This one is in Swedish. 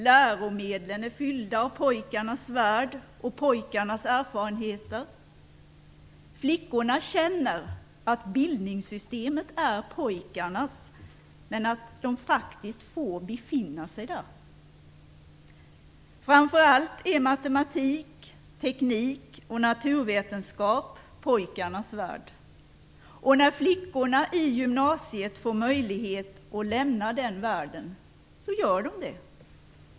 Läromedlen är fyllda av pojkarnas värld och pojkarnas erfarenheter. Flickorna känner att bildningssystemet är pojkarnas men att de faktiskt också får befinna sig där. Framför allt är matematik, teknik och naturvetenskap pojkarnas värld, och när flickorna i gymnasiet får möjlighet att lämna den världen gör de det.